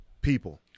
people